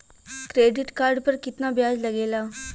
Credit card पर कितना ब्याज लगेला?